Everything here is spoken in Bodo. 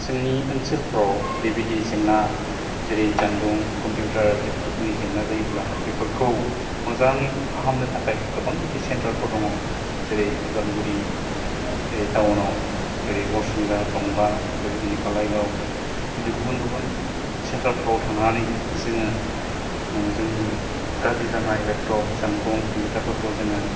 जोंनि ओनसोलफ्राव बेबायदि जेंना जेरै जानबुं कम्पिउटार लेपटपफोदनि जेंना जायोब्ला बेफोरखौ मोजाङै फाहामनो थाखाय गोबां बिदि सेन्टारफोर दङ जेरै अदालगुरि ए टावनाव जेरै हरसिंगा टंला बेबायदिनो खालायगाव बिदि गुबुन गुबुन सेन्टारफ्राव थांनानै जोङो जोंनि गाज्रि जानाय लेपटप जानबुं कम्पिउटारफोरखौ जोङो